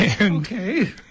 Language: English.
Okay